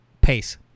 Pace